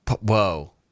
Whoa